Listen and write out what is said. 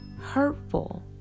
hurtful